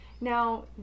Now